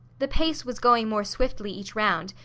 the pace was going more swiftly each round,